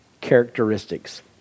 characteristics